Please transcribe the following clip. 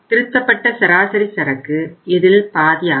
திருத்தப்பட்ட சராசரி சரக்கு இதில் பாதியாகும்